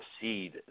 seed